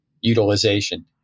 utilization